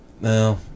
No